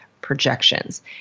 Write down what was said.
projections